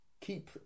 keep